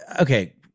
Okay